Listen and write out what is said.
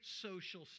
social